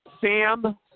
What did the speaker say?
Sam